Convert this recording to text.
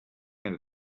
and